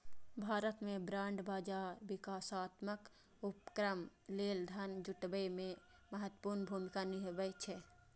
भारत मे बांड बाजार विकासात्मक उपक्रम लेल धन जुटाबै मे महत्वपूर्ण भूमिका निभाबै छै